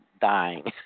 dying